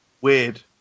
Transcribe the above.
Weird